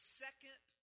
second